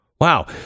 Wow